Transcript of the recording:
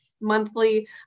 monthly